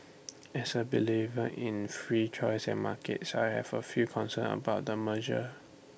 as A believer in free choice and markets I have A few concerns about the merger